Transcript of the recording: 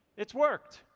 it's worked,